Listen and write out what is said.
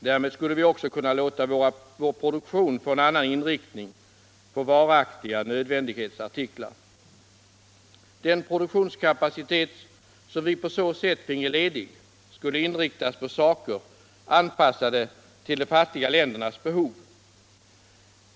Därmed skulle vi också kunna låta vår produktion få en annan inriktning — på varaktiga nöd vändighetsartiklar. Den produktionskapacitet som vi på så sätt finge ledig skulle inriktas på saker anpassade till de fattiga ländernas nivå.